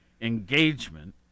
engagement